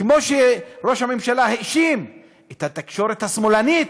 זה כמו שראש הממשלה האשים את התקשורת השמאלנית.